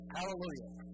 Hallelujah